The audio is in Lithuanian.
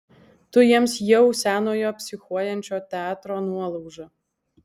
tu jiems jau senojo psichuojančio teatro nuolauža